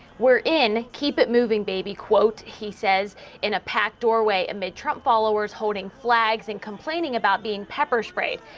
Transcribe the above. we're in keep it moving baby quote he says in a pack doorway and the trump followers holding flags and complaining about being pepper sprayed.